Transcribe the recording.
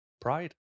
Pride